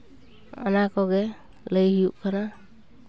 ᱚᱱᱟ ᱠᱚᱜᱮ ᱞᱟᱹᱭ ᱦᱩᱭᱩᱜ ᱠᱟᱱᱟ